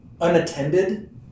unattended